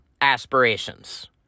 aspirations